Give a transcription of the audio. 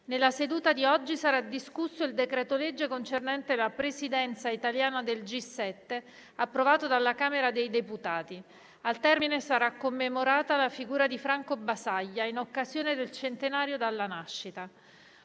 Nella seduta di oggi sarà discusso il decreto-legge concernente la Presidenza italiana del G7, approvato dalla Camera dei deputati. Al termine sarà commemorata la figura di Franco Basaglia in occasione del centenario della nascita.